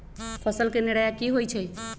फसल के निराया की होइ छई?